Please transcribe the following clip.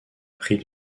prit